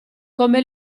come